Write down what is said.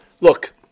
Look